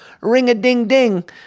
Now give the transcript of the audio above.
ring-a-ding-ding